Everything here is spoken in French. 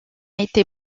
été